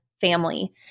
family